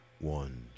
one